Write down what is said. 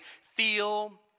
feel